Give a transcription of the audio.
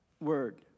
word